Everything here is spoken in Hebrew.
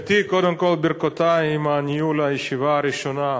גברתי, קודם כול ברכותי על ניהול הישיבה הראשונה.